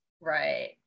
Right